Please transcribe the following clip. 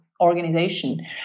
organization